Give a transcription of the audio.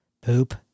Poop